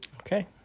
Okay